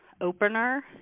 opener